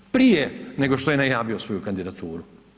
Prije nego što je najavio svoju kandidaturu.